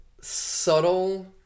subtle